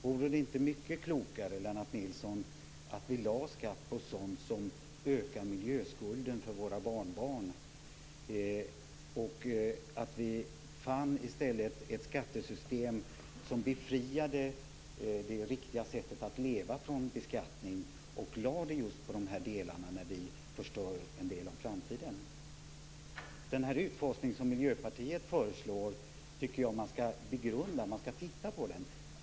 Vore det inte mycket klokare, Lennart Nilsson, att lägga skatt på sådant som ökar miljöskulden till våra barnbarn, dvs. att vi i stället kom fram till ett skattesystem som befriade det riktiga sättet att leva från beskattning och lade skatten på sådant som förstör en del av framtiden? Jag tycker att man skall begrunda den utformning som Miljöpartiet föreslår.